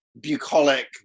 bucolic